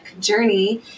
journey